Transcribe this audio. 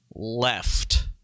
Left